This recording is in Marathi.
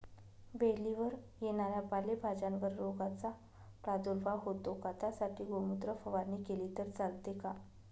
वेलीवर येणाऱ्या पालेभाज्यांवर रोगाचा प्रादुर्भाव होतो का? त्यासाठी गोमूत्र फवारणी केली तर चालते का?